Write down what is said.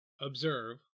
observe